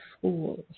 fools